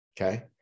okay